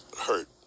hurt